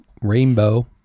Rainbow